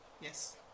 yes